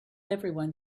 everyone